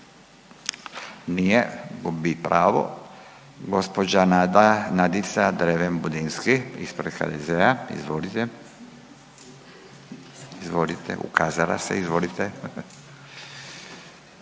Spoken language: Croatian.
nije, gubi pravo. Gospođa Nada, Nadica Dreven Budinski isprad HDZ-a, izvolite. Izvolite, ukazala se, izvolite.